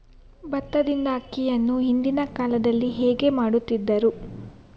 ಭತ್ತದಿಂದ ಅಕ್ಕಿಯನ್ನು ಹಿಂದಿನ ಕಾಲದಲ್ಲಿ ಹೇಗೆ ಮಾಡುತಿದ್ದರು?